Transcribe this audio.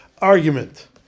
Argument